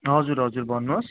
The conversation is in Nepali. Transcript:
हजुर हजुर भन्नुहोस्